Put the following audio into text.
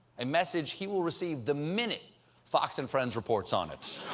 a message he will receive the minute fox and friends reports on it.